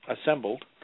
assembled